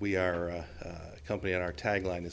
we are a company our tagline is